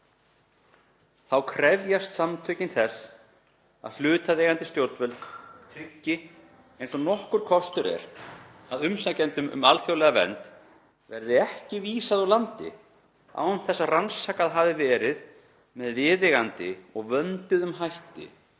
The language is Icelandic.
Þá krefjast samtökin þess að hlutaðeigandi stjórnvöld tryggi, eins og nokkur kostur er, að umsækjendum um alþjóðlega vernd verði ekki vísað úr landi án þess að rannsakað hafi verið með viðeigandi og vönduðum hætti